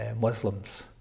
Muslims